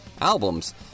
albums